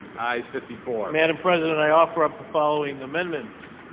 ayes fifty four. madam president i offer up the following amendments.